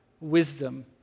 wisdom